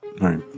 Right